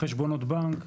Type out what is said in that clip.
חשבונות בנק,